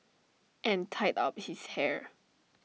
and tied up his hair